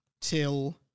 till